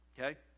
Okay